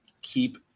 keep